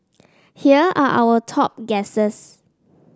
here are our top guesses